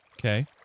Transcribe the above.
Okay